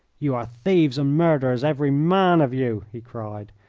you are thieves and murderers, every man of you, he cried.